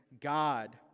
God